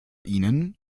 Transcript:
ihnen